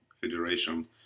Federation